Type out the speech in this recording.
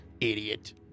Idiot